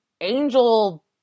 angel